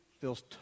feels